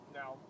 now